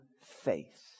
faith